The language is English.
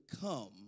come